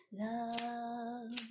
love